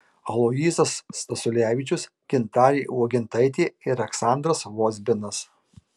aloyzas stasiulevičius gintarė uogintaitė ir aleksandras vozbinas